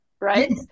right